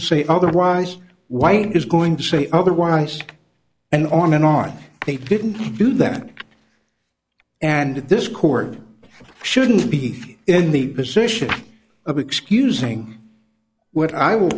to say otherwise white is going to say otherwise and on and on they didn't do that and this court shouldn't be in the position of excusing what i w